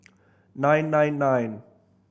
nine nine nine